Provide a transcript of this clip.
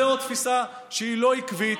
זאת תפיסה לא עקבית.